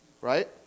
Right